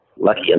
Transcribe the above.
lucky